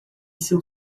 seu